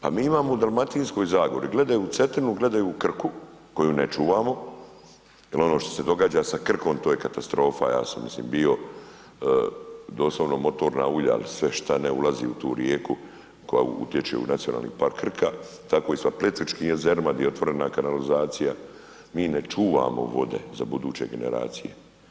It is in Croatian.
Pa mi imamo u Dalmatinskoj zagori, gledaju u Cetinu, gledaju u Krku koju ne čuvamo, jer ono što se događa sa Krkom to je katastrofa, ja sam mislim bio doslovno motorna ulja ili sve šta ne ulazi u tu rijeku koja utječe u Nacionalni park krka, tako i sa Plitvičkim jezerima gdje je otvorena kanalizacija, mi ne čuvamo vode za buduće generacije.